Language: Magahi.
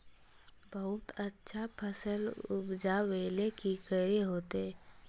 बहुत अच्छा फसल उपजावेले की करे होते?